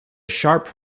sharp